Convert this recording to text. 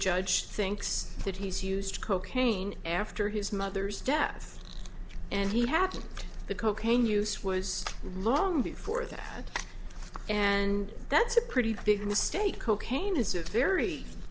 judge thinks that he's used cocaine after his mother's death and he had the cocaine use was long before that and that's a pretty big mistake cocaine is a very